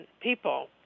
people